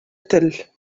тел